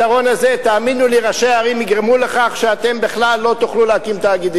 מיליוני שקלים מכספי ציבור ואנחנו ומבזבזים אותם.